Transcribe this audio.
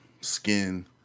skin